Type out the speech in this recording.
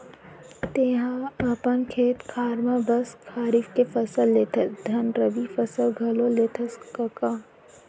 तैंहा अपन खेत खार म बस खरीफ के फसल लेथस धन रबि फसल घलौ लेथस कका?